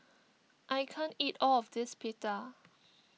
I can't eat all of this Pita